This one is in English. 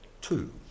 Two